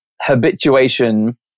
habituation